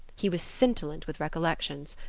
he was scintillant with recollections.